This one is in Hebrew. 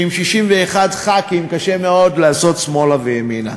כשעם 61 ח"כים קשה מאוד לעשות שמאלה וימינה.